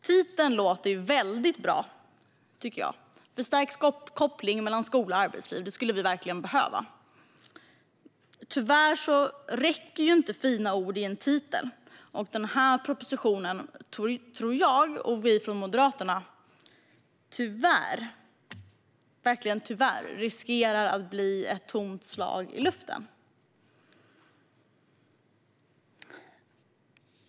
Titeln låter väldigt bra, tycker jag, för vi skulle verkligen behöva en stärkt koppling mellan skola och arbetsliv. Tyvärr räcker det inte med fina ord i en titel. Jag, och vi från Moderaterna, tror att denna proposition tyvärr riskerar att bli ett tomt slag i luften.